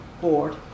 board